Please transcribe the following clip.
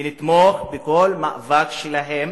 ונתמוך בכל מאבק שלהם